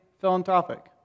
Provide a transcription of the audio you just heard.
philanthropic